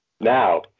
Now